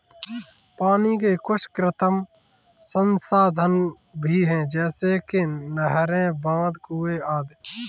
पानी के कुछ कृत्रिम संसाधन भी हैं जैसे कि नहरें, बांध, कुएं आदि